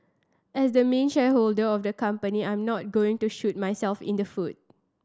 as the main shareholder of the company I'm not going to shoot myself in the foot